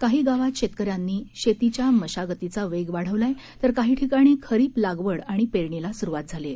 काही गावात शेतकऱ्यानी यांनी शेतीच्या मशागतीचा वेग वाढविला आहेतर काही ठिकाणी खरीप लागवड आणि पेरणीला सुरुवात केली आहे